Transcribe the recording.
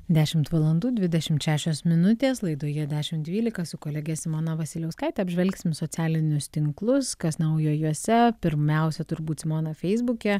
dešimt valandų dvidešimt šešios minutės laidoje dešim dvylika su kolege simona vasiliauskaite apžvelgsim socialinius tinklus kas naujo juose pirmiausia turbūt simona feisbuke